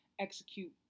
execute